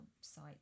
site